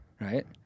Right